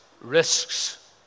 risks